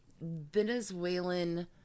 Venezuelan